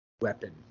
weapon